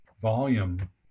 volume